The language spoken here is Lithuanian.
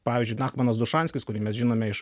pavyzdžiui nachmanas dušanskis kurį mes žinome iš